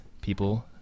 people